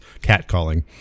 catcalling